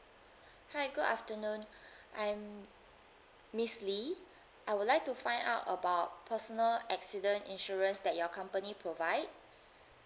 hi good afternoon I'm miss lee I would like to find out about personal accident insurance that your company provide